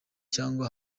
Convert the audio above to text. cyangwa